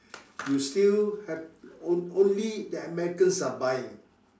you still have o~ only the Americans are buying